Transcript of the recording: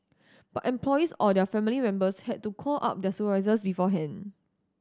but employees or their family members had to call up their supervisors beforehand